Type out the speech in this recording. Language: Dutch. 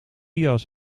jas